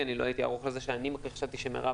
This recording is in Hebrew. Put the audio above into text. לחוק),